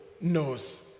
knows